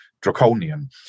draconian